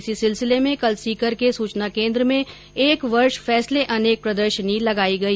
इसी सिलसिले में कल सीकर के सूचना केन्द्र में एक वर्ष फैसले अनेक प्रदर्शनी लगाई गई